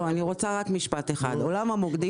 אני רוצה רק משפט אחד לגבי עולם המוקדים.